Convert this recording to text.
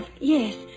Yes